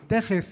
כי תכף